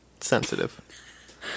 Sensitive